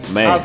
Man